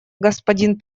господин